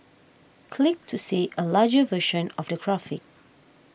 click to see a larger version of the graphic